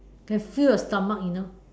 can fill your stomach you know